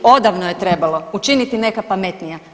Odavno je trebalo, učiniti neka pametnija.